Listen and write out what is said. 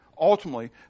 Ultimately